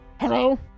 Hello